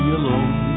alone